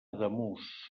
ademús